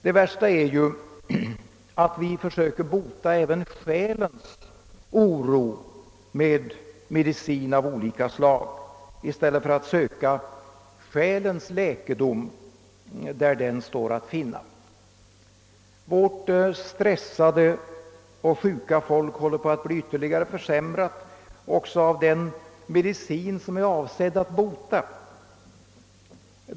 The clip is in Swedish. Det värsta är att vi försöker bota även själens oro med mediciner av olika slag i stället för att söka läkedomen där den står att finna. Vårt stressade och sjuka folk håller på att bli ytterligare försämrat också av den medicin som är avsedd att bota.